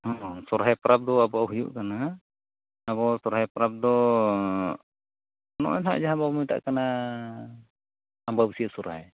ᱦᱮᱸ ᱥᱚᱨᱦᱟᱭ ᱯᱚᱨᱚᱵᱽᱫᱚ ᱟᱵᱚᱣᱟᱜ ᱦᱩᱭᱩᱜ ᱠᱟᱱᱟ ᱟᱵᱚ ᱥᱚᱨᱦᱟᱭ ᱯᱚᱨᱚᱵᱽᱫᱚ ᱱᱚᱜᱼᱚᱭ ᱱᱟᱦᱟᱜ ᱡᱟᱦᱟᱸᱵᱚ ᱢᱮᱛᱟᱜ ᱠᱟᱱᱟ ᱟᱸᱵᱟᱵᱟᱹᱥᱤᱭᱟᱹ ᱥᱚᱨᱦᱟᱭ